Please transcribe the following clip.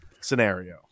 scenario